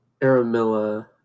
Aramilla